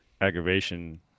aggravation